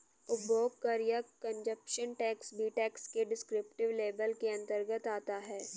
उपभोग कर या कंजप्शन टैक्स भी टैक्स के डिस्क्रिप्टिव लेबल के अंतर्गत आता है